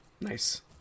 Nice